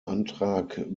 antrag